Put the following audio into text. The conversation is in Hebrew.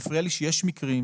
מפריע לי שיש מקרים,